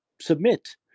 submit